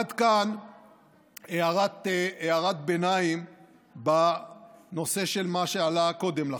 עד כאן הערת ביניים בנושא שעלה קודם לכן.